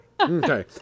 Okay